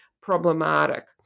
problematic